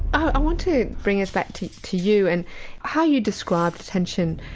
i want to bring us back to to you and how you describe detention,